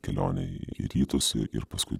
kelionė į rytus ir ir paskui